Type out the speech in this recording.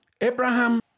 Abraham